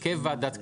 הרכב ועדת קבלה,